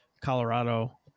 Colorado